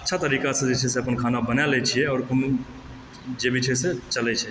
अच्छा तरिकासँ जे छै से अपन खाना बनाए लए छिऐ आओर कोनो जे भी छै से चलै छै